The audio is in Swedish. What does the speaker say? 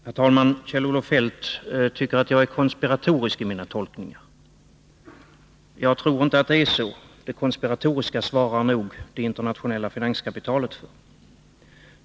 Herr talman! Kjell-Olof Feldt tycker att jag är konspiratorisk i mina tolkningar. Jag tror inte att det är så. Det konspiratoriska svarar nog det internationella finanskapitalet för.